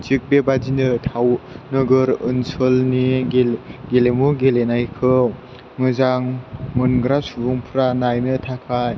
थिग बेबादिनो टाउन नोगोर ओनसोलनि गेलेमु गेलेनायखौ मोजां मोनग्रा सुबुंफ्रा नायनो थाखाय